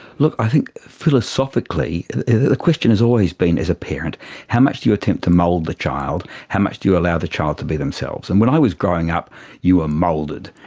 look, i think philosophically the question has always been as a parent how much do you attempt to mould the child, how much do you allow the child to be themselves. and when i was growing up you were ah moulded.